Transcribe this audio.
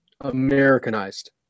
Americanized